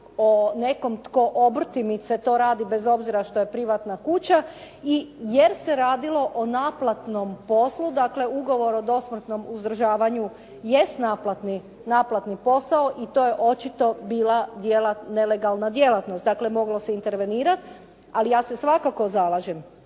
o nekom tko obrtimice to radi, bez obzira što je privatna kuća i jer se radilo o naplatnom poslu, dakle ugovor o dosmrtnom uzdržavanju jest naplatni posao i to je očito bila nelegalna djelatnost. Dakle, moglo se intervenirati. Ali ja se svakako zalažem